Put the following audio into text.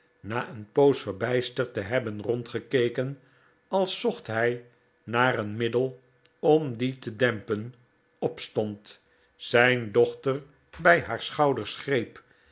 na een poos verbijsterd te hebben rondgekeken als zocht hij naar een middel om dien te dempen opstond zijn dochter bij haar schouders greep